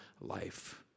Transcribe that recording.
life